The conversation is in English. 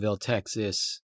Texas